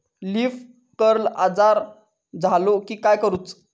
Leaf curl आजार झालो की काय करूच?